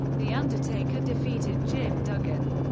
the undertaker defeated jim duggan.